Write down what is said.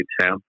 town